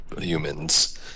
humans